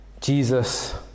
Jesus